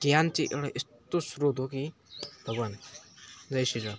ज्ञान चाहिँ एउटा यस्तो स्रोत हो कि भगवान जय श्रीराम